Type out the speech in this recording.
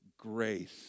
Grace